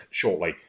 shortly